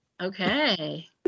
Okay